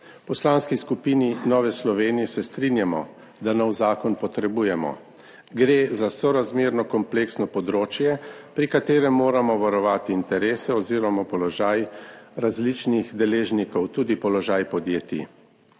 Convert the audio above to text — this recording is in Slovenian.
Poslanski skupini Nove Slovenije se strinjamo, da nov zakon potrebujemo. Gre za sorazmerno kompleksno področje, pri katerem moramo varovati interese oziroma položaj različnih deležnikov, tudi položaj podjetij.